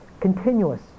continuous